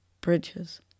bridges